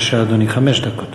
בבקשה, אדוני, חמש דקות.